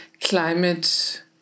climate